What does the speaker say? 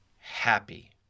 happy